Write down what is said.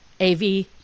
AV